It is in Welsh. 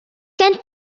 gen